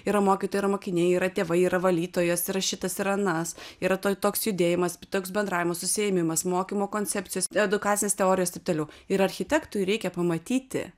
yra mokytojai yra mokiniai yra tėvai yra valytojos yra šitas ir anas yra to toks judėjimas toks bendravimas užsiėmimas mokymo koncepcijos edukacinės teorijos taip toliau ir architektui reikia pamatyti